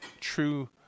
true